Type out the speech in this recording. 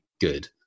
good